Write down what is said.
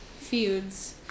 feuds